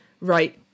Right